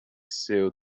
seu